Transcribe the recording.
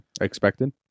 Expected